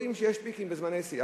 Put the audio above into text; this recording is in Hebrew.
יודעים שיש "פיקים" וזמני שיא.